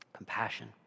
compassion